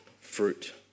fruit